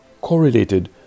correlated